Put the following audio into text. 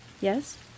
Yes